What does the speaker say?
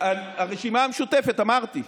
הרשימה המשותפת, אמרתי.